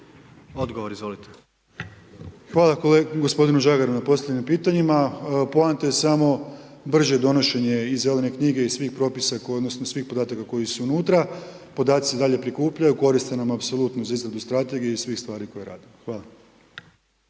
Tomislav (HDZ)** Hvala gospodinu Žagaru na postavljenim pitanjima. Poanta je samo brže donošenje iz Zelene knjige, iz svih propisa koji, odnosno svih podataka koji su unutra, podaci se i dalje prikupljaju, koriste nam apsolutno za izradu Strategije i svih stvari koje radimo. Hvala.